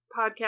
podcast